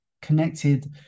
Connected